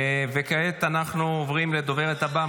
כעת אנחנו עוברים לדוברת הבאה,